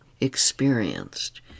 experienced